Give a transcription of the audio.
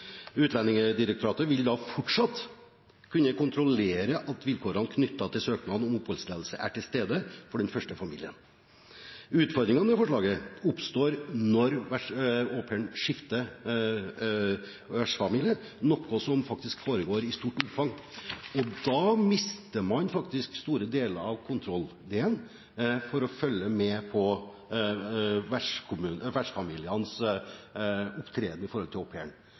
Utlendingsdirektoratet vil da fortsatt kunne kontrollere at vilkårene knyttet til søknaden om oppholdstillatelse er til stede for den første familien. Utfordringene med forslaget oppstår når au pairen skifter vertsfamilie, noe som faktisk foregår i stort omfang. Da mister man store deler av kontrolldelen med tanke på å følge med på vertsfamilienes